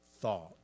thought